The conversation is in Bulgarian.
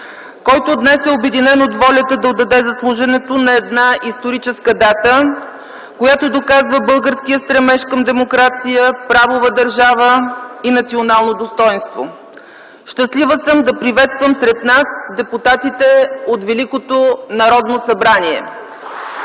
който днес е обединен от волята да отдаде заслуженото на една историческа дата, която доказва българския стремеж към демокрация, правова държава и национално достойнство. Щастлива съм да приветствам сред нас депутатите от Великото Народно събрание.